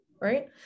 right